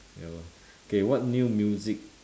ya lor K what new music